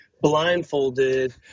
blindfolded